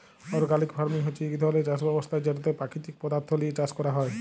organic farming হছে ইক ধরলের চাষ ব্যবস্থা যেটতে পাকিতিক পদাথ্থ লিঁয়ে চাষ ক্যরা হ্যয়